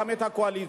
וגם את הקואליציה,